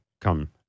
come